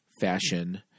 fashion